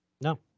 No